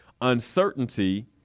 Uncertainty